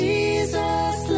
Jesus